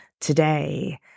today